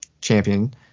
champion